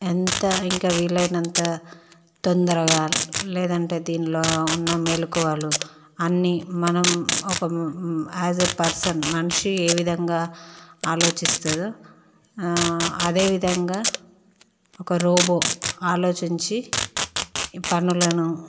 ఎంత ఇంకా వీలైనంత తొందరగా లేదంటే దీంట్లో ఉన్న మెలుకువలు అన్నీ మనం ఒక ఆస్ ఎ పర్సన్ మనిషి ఏవిధంగా ఆలోచిస్తుందో ఆ అదే విధంగా ఒక రోబో అలోచించి ఈ పనులను